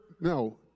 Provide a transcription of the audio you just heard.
no